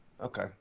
Okay